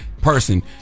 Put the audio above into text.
person